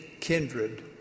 kindred